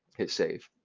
hit save.